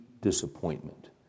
disappointment